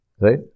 Right